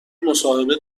مصاحبه